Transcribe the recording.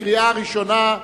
עברה בקריאה טרומית,